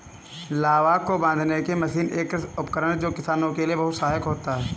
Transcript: लावक को बांधने की मशीन एक कृषि उपकरण है जो किसानों के लिए बहुत सहायक होता है